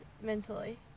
mentally